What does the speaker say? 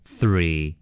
Three